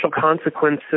consequences